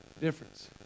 Difference